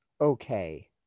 Okay